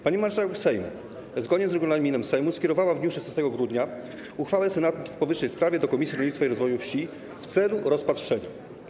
Pani marszałek Sejmu zgodnie z regulaminem Sejmu skierowała w dniu 16 grudnia uchwałę Senatu w powyższej sprawie do Komisji Rolnictwa i Rozwoju Wsi w celu rozpatrzenia.